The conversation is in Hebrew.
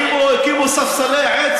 הקימו ספסלי עץ